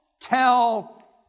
tell